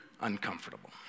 uncomfortable